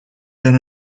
than